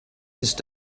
ist